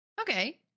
Okay